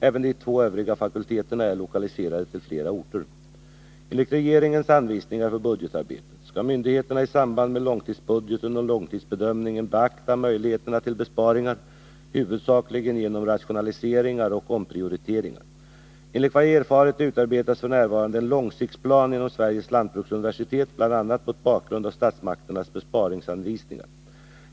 Även de två övriga fakulteterna är lokaliserade till flera orter. samband med långtidsbudgeten och långtidsbedömningen beakta möjligheterna till besparingar, huvudsakligen genom rationaliseringar och omprioriteringar. Enligt vad jag erfarit utarbetas f. n. en långsiktsplan inom Sveriges lantbruksuniversitet, bl.a. mot bakgrund av statsmakternas besparingsanvisningar.